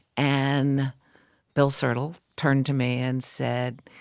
and bill sertl turned to me and said,